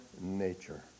nature